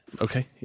okay